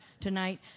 tonight